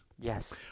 Yes